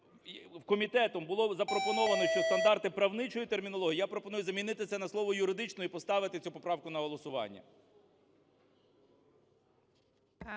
комітетом було запропоновано, що стандарти "правничої" термінології. Я пропоную замінити на слово "юридичної" і поставити цю поправку на голосування.